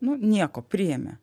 nu nieko priėmė